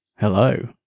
Hello